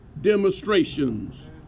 demonstrations